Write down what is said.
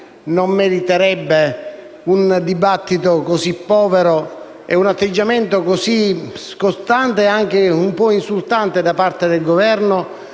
non meriterebbe un dibattito così povero e un atteggiamento così scostante e anche un po' provocatorio da parte del Governo,